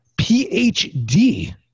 PhD